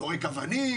זורק אבנים.